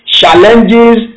challenges